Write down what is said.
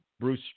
Bruce